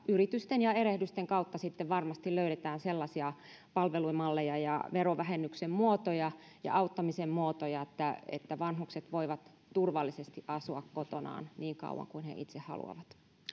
yritysten ja erehdysten kautta sitten varmasti löydetään sellaisia palvelumalleja ja verovähennyksen muotoja ja auttamisen muotoja että että vanhukset voivat turvallisesti asua kotonaan niin kauan kuin he itse haluavat